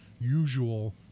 usual